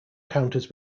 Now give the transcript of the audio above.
counties